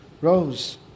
rose